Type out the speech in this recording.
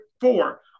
four